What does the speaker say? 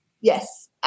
Yes